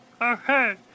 Okay